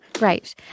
Right